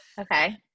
Okay